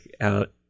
out